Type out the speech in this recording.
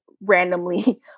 randomly